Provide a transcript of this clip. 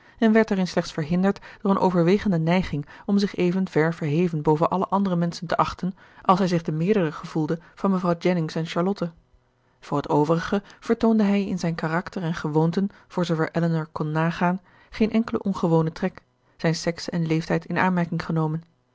en werd daarin slechts verhinderd door een overwegende neiging om zich even ver verheven boven alle andere menschen te achten als hij zich den meerdere gevoelde van mevrouw jennings en charlotte voor het overige vertoonde hij in zijn karakter en gewoonten voor zoover elinor kon nagaan geen enkelen ongewonen trek zijn sekse en leeftijd in aanmerking genomen